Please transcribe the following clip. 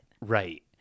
right